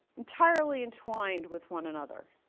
entirely entwined with one another.